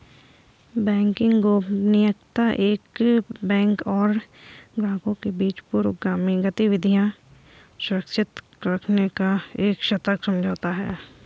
banking गोपनीयता एक bank और ग्राहकों के बीच पूर्वगामी गतिविधियां सुरक्षित रखने का एक सशर्त समझौता है